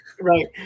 Right